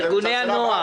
ארגוני הנוער.